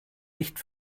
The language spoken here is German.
nicht